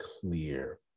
clear